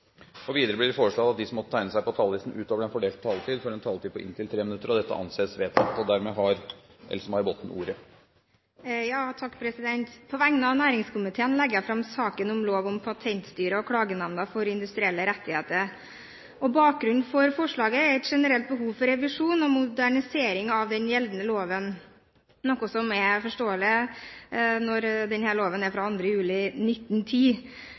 og inntil 5 minutter til medlem av regjeringen. Videre vil presidenten foreslå at det gis anledning til replikkordskifte på inntil tre replikker med svar etter innlegg fra medlem av regjeringen innenfor den fordelte taletid. Vider blir det foreslått at de som måtte tegne seg på talerlisten utover den fordelte taletid, får en taletid på inntil 3 minutter. – Det anses vedtatt. På vegne av næringskomiteen legger jeg fram saken om lov om Patentstyret og Klagenemnda for industrielle rettar. Bakgrunnen for forslaget er et generelt behov for revisjon og modernisering av den gjeldende loven,